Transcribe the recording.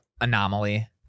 anomaly